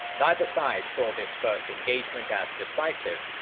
neither side saw this first engagement as decisive,